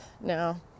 now